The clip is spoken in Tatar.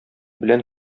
белән